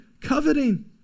coveting